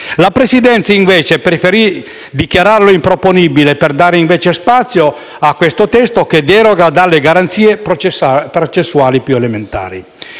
La Presidenza preferì tuttavia dichiararlo improponibile per dare invece spazio a questo testo che deroga alle garanzie processuali più elementari.